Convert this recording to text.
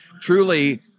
truly